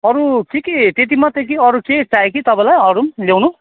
अरू के के त्यति मात्रै कि अरू केही चाहियो कि तपाईँलाई अरू पनि ल्याउनु